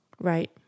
Right